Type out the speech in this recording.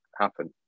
happen